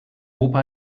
opa